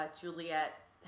Juliet